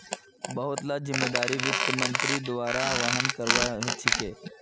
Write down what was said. बहुत ला जिम्मेदारिक वित्त मन्त्रीर द्वारा वहन करवा ह छेके